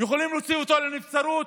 יכולים להוציא אותו לנבצרות?